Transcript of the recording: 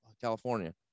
California